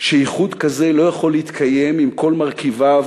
שאיחוד כזה לא יכול להתקיים אם כל מרכיביו